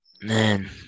man